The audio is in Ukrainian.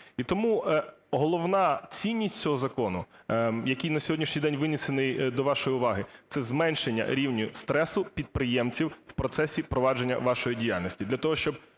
І тому головна цінність цього закону, який на сьогоднішній день винесений до вашої уваги, – це зменшення рівня стресу підприємців у процесі провадження вашої діяльності,